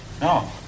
No